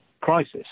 crisis